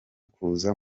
kuza